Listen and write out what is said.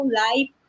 life